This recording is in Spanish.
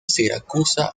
siracusa